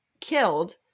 killed